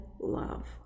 love